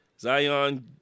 Zion